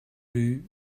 rue